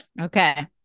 Okay